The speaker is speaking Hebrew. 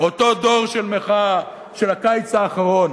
אותו דור של מחאה, של הקיץ האחרון